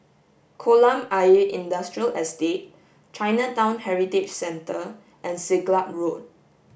Kolam Ayer Industrial Estate Chinatown Heritage Centre and Siglap Road